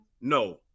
No